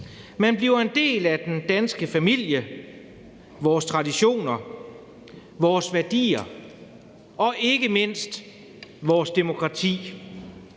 Man bliver en del af den danske familie, vores traditioner, vores værdier og ikke mindst vores demokrati.